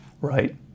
right